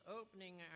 opening